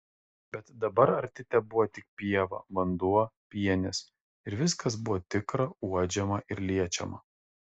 bet dabar arti tebuvo tik pieva vanduo pienės ir viskas buvo tikra uodžiama ir liečiama